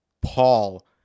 Paul